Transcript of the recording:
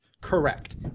Correct